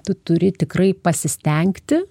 tu turi tikrai pasistengti